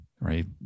Right